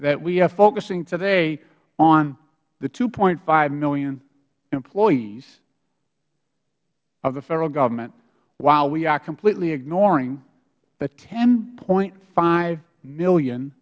that we are focusing today on the two point five million employees of the federal government while we are completely ignoring the ten five million